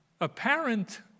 apparent